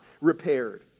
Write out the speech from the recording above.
repaired